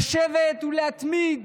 ולשבת ולהתמיד